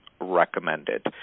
recommended